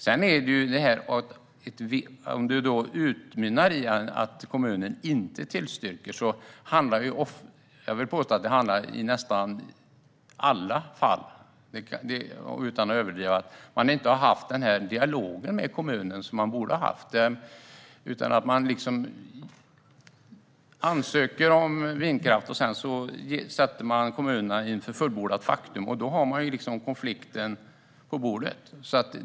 Om det utmynnar i att kommunen inte tillstyrker handlar det ofta - jag vill, utan att överdriva, påstå att det gäller nästan alla fall - om att man inte har haft den dialog med kommunen som man borde ha haft. Man ansöker om vindkraft och ställer kommunerna inför fullbordat faktum. Då har man konflikten på bordet.